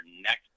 next